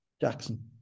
Jackson